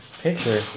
picture